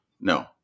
no